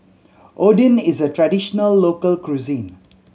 oden is a traditional local cuisine